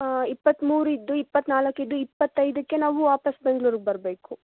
ಇಪ್ಪತ್ತ್ಮೂರು ಇದ್ದು ಇಪ್ಪತ್ತ್ನಾಲ್ಕು ಇದ್ದು ಇಪ್ಪತ್ತೈದಕ್ಕೆ ನಾವು ವಾಪಸ್ ಬೆಂಗ್ಳೂರಿಗ್ ಬರಬೇಕು